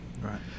right